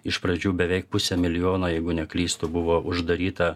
iš pradžių beveik pusė milijono jeigu neklystu buvo uždaryta